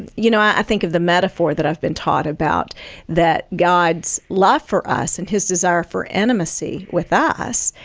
you know, i think of the metaphor that i've been taught about that god's love for us and his desire for intimacy with us,